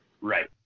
Right